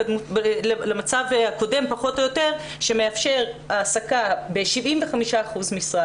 למצב הקודם פחות או יותר שמאפשר העסקה ב-75% משרה,